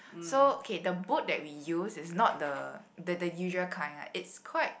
so okay the boat that we use is not the the the usual kind right it's quite